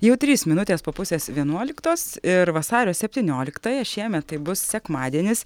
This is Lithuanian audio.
jau trys minutės po pusės vienuoliktos ir vasario septynioliktąją šiemet tai bus sekmadienis